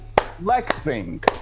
flexing